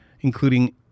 including